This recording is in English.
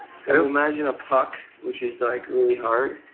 so, imagine a puck, which is like really hard,